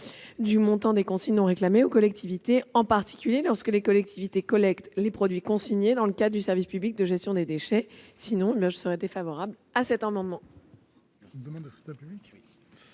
du montant des consignes non réclamées aux collectivités, en particulier lorsque les collectivités collectent les produits consignés dans le cadre du service public de gestion des déchets. À défaut d'un retrait,